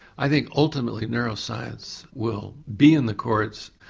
i think ultimately neuroscience will be in the courts.